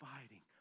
fighting